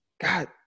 God